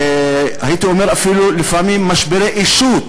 הייתי אומר אפילו לפעמים משברי אישות,